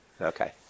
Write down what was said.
Okay